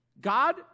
God